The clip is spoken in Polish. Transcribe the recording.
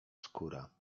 skóra